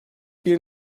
bir